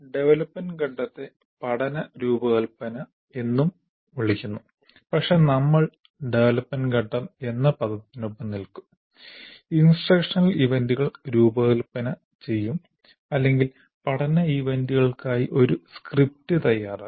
development ഘട്ടത്തെ പഠന രൂപകൽപ്പന എന്നും വിളിക്കുന്നു പക്ഷേ നമ്മൾ ഡെവലപ്മെന്റ് ഘട്ടം എന്ന പദത്തിനൊപ്പം നിൽക്കും ഇൻസ്ട്രക്ഷനൽ ഇവന്റുകൾ രൂപകൽപ്പന ചെയ്യും അല്ലെങ്കിൽ പഠന ഇവന്റുകൾക്കായി ഒരു സ്ക്രിപ്റ്റ് തയ്യാറാക്കും